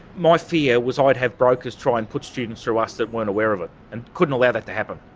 my fear was i'd have brokers try and put students through us that weren't aware of it, and couldn't allow that to happen.